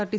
RT